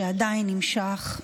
שעדיין נמשך.